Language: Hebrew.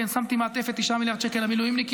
כן, שמתי מעטפת של 9 מיליארד שקלים למילואימניקים.